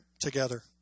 together